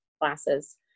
classes